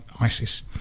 ISIS